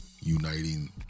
uniting